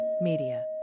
Media